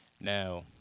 now